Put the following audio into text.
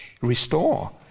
restore